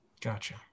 Gotcha